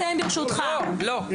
נכון.